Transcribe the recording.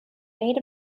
made